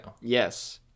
yes